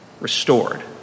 restored